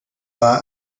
war